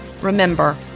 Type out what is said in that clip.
Remember